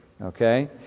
okay